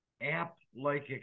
app-like